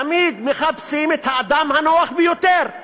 תמיד מחפשים את האדם הנוח ביותר,